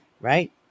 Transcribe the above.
right